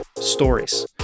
stories